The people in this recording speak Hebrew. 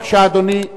בבקשה, אדוני.